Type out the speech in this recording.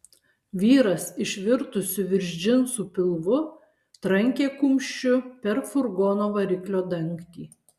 vyras išvirtusiu virš džinsų pilvu trankė kumščiu per furgono variklio dangtį